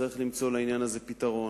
צריך למצוא לזה פתרון.